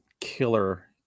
killer